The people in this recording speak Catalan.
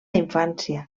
infància